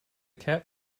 cap